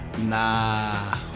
Nah